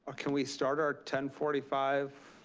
ah can we start our ten forty five,